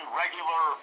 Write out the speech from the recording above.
regular